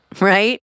right